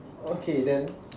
okay then